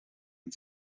den